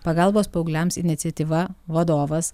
pagalbos paaugliams iniciatyva vadovas